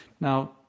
Now